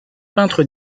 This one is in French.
peintre